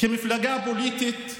מפלגה פוליטית,